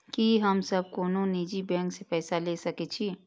की हम सब कोनो निजी बैंक से पैसा ले सके छी?